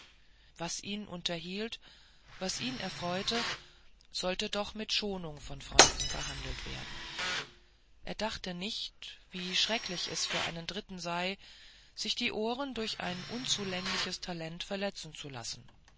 was ihn unterhielt was ihn erfreute sollte doch mit schonung von freunden behandelt werden er dachte nicht wie schrecklich es für einen dritten sei sich die ohren durch ein unzulängliches talent verletzen zu lassen